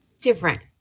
different